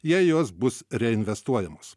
jei jos bus reinvestuojamos